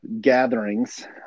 gatherings